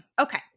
Okay